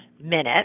minute